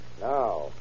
Now